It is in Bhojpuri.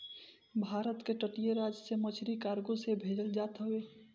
भारत के तटीय राज से मछरी कार्गो से भेजल जात हवे